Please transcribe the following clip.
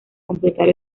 completar